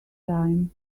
time